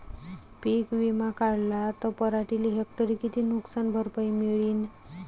पीक विमा काढला त पराटीले हेक्टरी किती नुकसान भरपाई मिळीनं?